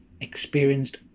experienced